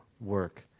work